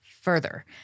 further